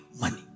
money